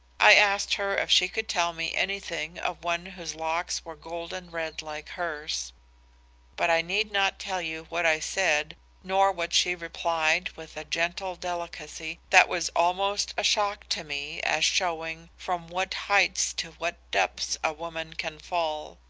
i asked her if she could tell me anything of one whose locks were golden red like hers but i need not tell you what i said nor what she replied with a gentle delicacy that was almost a shock to me as showing from what heights to what depths a woman can fall.